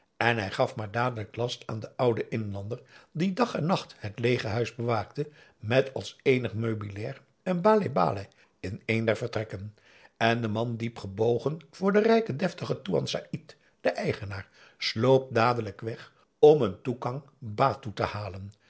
en hij gaf maar dadelijk last aan een ouden inlander die dag en nacht het leege huis bewaakte met als eenig meubilair een baleh-baleh in een der vertrekken en de man diep gebogen voor den rijken deftigen toean saïd den eigenaar sloop dadelijk weg om een toekang batoe te halen